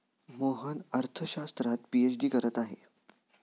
मोहन अर्थशास्त्रात पीएचडी करत आहे